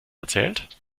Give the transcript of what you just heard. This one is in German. erzählt